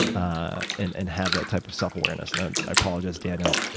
ah and and have that type of self-awareness. and i apologize, daniel,